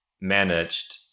managed